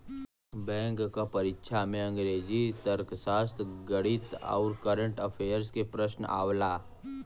bank क परीक्षा में अंग्रेजी, तर्कशास्त्र, गणित आउर कंरट अफेयर्स के प्रश्न आवला